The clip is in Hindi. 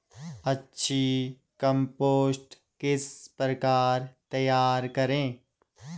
अच्छी कम्पोस्ट किस प्रकार तैयार करें?